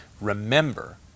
remember